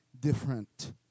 different